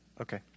Okay